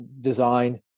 design